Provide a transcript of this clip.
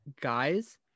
Guys